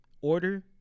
order